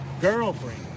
girlfriend